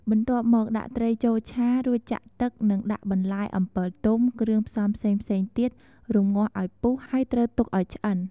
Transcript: បន្ទាប់មកដាក់ត្រីចូលឆា រួចចាក់ទឹក និងដាក់បន្លែ អំពិលទុំ គ្រឿងផ្សំផ្សេងៗទៀត រម្ងាស់ឱ្យពុះ ហើយត្រូវទុកឱ្យឆ្អិន។